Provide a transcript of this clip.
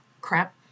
crap